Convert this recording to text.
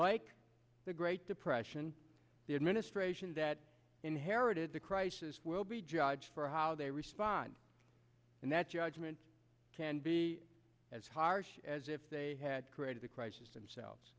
like the great depression the administration that inherited the crisis will be judged for how they respond and that judgment can be as harsh as if they had created a crisis and selves